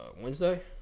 Wednesday